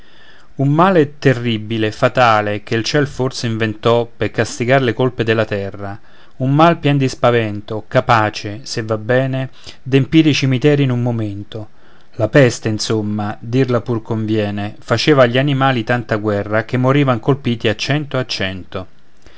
un male terribile fatale che il ciel forse inventò per castigar le colpe della terra un mal pien di spavento capace se va bene d'empire i cimiteri in un momento la peste insomma dirla pur conviene faceva agli animali tanta guerra che morivan colpiti a cento a cento